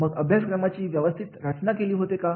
मग अभ्यासक्रमाची व्यवस्थित रचना केलेली होती का